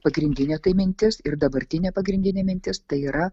pagrindinė tai mintis ir dabartinė pagrindinė mintis tai yra